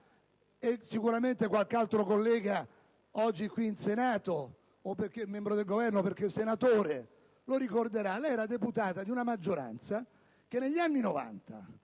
(sicuramente qualche altro collega oggi qui in Senato, o perché membro del Governo o perché senatore, lo ricorderà), lei era deputata di una maggioranza che negli anni